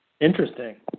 Interesting